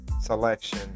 selection